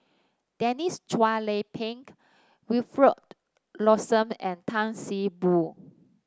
Deniss Chua Lay Peng Wilfed Lawson and Tan See Boo